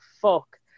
fuck